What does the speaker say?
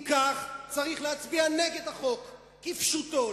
אם כך, צריך להצביע נגד החוק, כפשוטו.